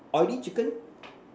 oily chicken